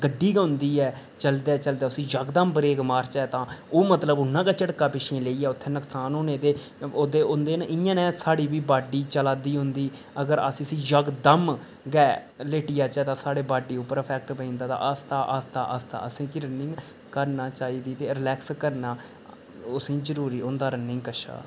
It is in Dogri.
गड्डी गै होंदी ऐ चलदे चलदे उसी यकदम ब्रेक मारचै तां ओह् मतलब उन्ना गै झटका पिच्छे लेइयै उत्थै नुक्सान होने दे ओहदे होंदे न इयां नै साढ़ी बी बाडी चलै दी होंदी अगर अस इसी यकदम गै लेटी जाचै तां साढ़ी बाडी उप्पर अफेक्ट पेई जंदा तां आस्ता आस्ता आस्ता असेंगी रनिंग करना चाहिदी ते रिलेक्स करना ओह् असेंगी जरूरी होंदा रनिंग कशा